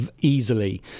easily